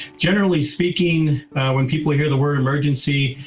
generally speaking when people hear the word emergency.